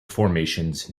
formations